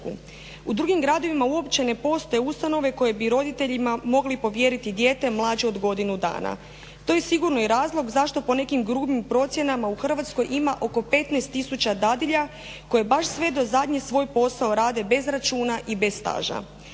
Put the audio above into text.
U drugim gradovima uopće ne postoje ustanove koje bi roditeljima mogli povjeriti dijete mlađe od godinu dana. To je sigurno i razlog zašto po nekim grubim procjenama u Hrvatskoj ima oko 15 dadilja koje baš sve do zadnje svoj posao rade bez računa i bez staža.